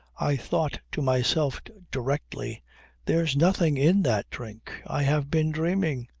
i thought to myself directly there's nothing in that drink. i have been dreaming,